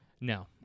No